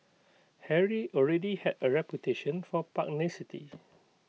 Harry already had A reputation for pugnacity